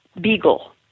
beagle